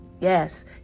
Yes